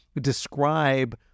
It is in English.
describe